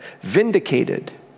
vindicated